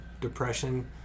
depression